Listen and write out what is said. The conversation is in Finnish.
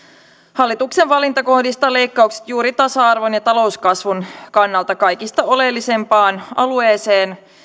hallituksen valinta kohdistaa leikkaukset juuri tasa arvon ja talouskasvun kannalta kaikista oleellisempaan alueeseen